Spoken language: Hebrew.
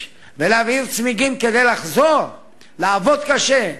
ולהבעיר צמיגים כדי לחזור לעבוד קשה,